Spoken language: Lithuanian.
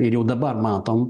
ir jau dabar matom